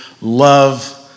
love